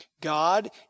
God